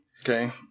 okay